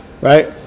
Right